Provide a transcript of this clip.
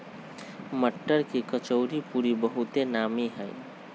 मट्टर के कचौरीपूरी बहुते नामि हइ